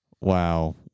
Wow